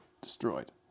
destroyed